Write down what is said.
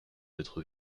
d’être